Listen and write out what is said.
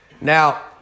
Now